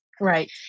Right